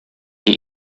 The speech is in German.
die